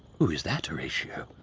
who is that horatio?